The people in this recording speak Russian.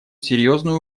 серьезную